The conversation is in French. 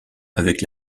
avec